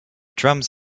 drums